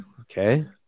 okay